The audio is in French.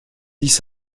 dix